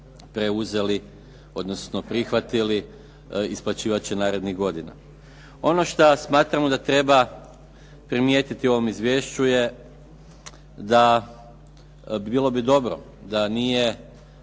preuzeli odnosno prihvatili, isplaćivat će narednih godina. Ono što smatramo da treba primjetiti u ovom izvješću je da bilo bi dobro da nije